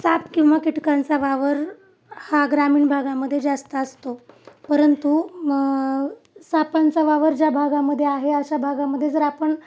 साप किंवा किटकांचा वावर हा ग्रामीण भागामध्ये जास्त असतो परंतु सापांचा वावर ज्या भागामध्ये आहे अशा भागामध्ये जर आपण